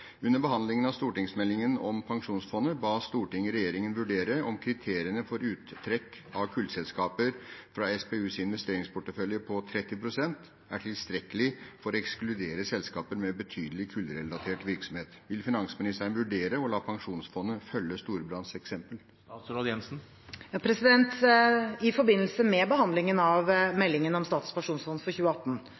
Under behandlingen av stortingsmeldingen om pensjonsfondet ba Stortinget regjeringen vurdere om kriteriene for uttrekk av kullselskaper fra SPUs investeringsportefølje på 30 pst. er tilstrekkelig for å ekskludere selskaper med betydelig kullrelatert virksomhet. Vil statsråden vurdere å la pensjonsfondet følge Storebrands eksempel?» I forbindelse med behandlingen av meldingen Statens pensjonsfond 2018 fattet Stortinget et anmodningsvedtak om å vurdere om dagens kriterier for